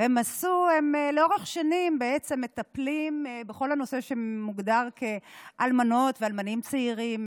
והם לאורך שנים מטפלים בכל הנושא שמוגדר כאלמנות ואלמנים צעירים,